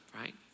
right